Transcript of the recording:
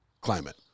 climate